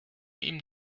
ihm